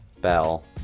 Bell